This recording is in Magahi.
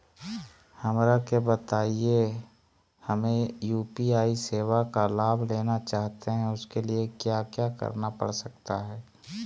हमरा के बताइए हमें यू.पी.आई सेवा का लाभ लेना चाहते हैं उसके लिए क्या क्या करना पड़ सकता है?